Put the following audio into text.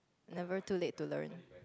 never too late to learn